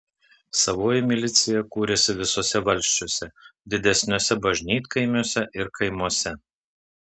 savoji milicija kūrėsi visuose valsčiuose didesniuose bažnytkaimiuose ir kaimuose